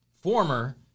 former